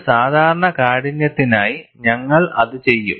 ഒരു സാധാരണ കാഠിന്യത്തിനായി ഞങ്ങൾ അത് ചെയ്യും